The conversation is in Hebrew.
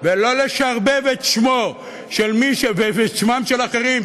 ולא לשרבב את שמו ואת שמם של אחרים,